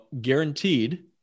guaranteed